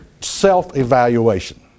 Self-evaluation